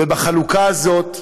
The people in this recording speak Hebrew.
ובחלוקה הזאת,